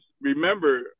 remember